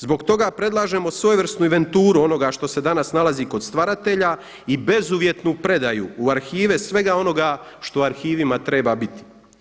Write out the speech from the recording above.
Zbog toga predlažemo svojevrsnu inventuru onoga što se danas nalazi kod stvaratelja i bezuvjetnu predaju u arhive svega onoga što u arhivima treba biti.